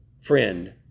friend